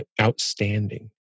outstanding